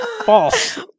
False